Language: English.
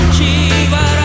Shiva